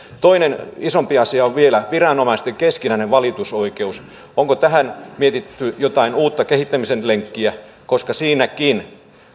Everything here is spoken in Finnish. toinen isompi asia on vielä viranomaisten keskinäinen valitusoikeus onko tähän mietitty jotain uutta kehittämisen lenkkiä koska siinäkin